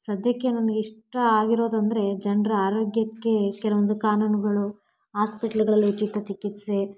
ಸದ್ಯಕ್ಕೆ ನಮ್ಗೆ ಇಷ್ಟ ಆಗಿರೋದಂದರೆ ಜನರ ಆರೋಗ್ಯಕ್ಕೆ ಕೆಲವೊಂದು ಕಾನೂನುಗಳು ಆಸ್ಪಿಟ್ಲುಗಳಲ್ಲಿ ಉಚಿತ ಚಿಕಿತ್ಸೆ